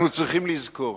אנחנו צריכים לזכור,